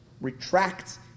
Retracts